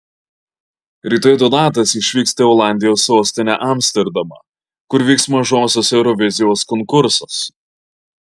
rytoj donatas išvyksta į olandijos sostinę amsterdamą kur vyks mažosios eurovizijos konkursas